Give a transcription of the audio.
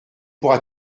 pourra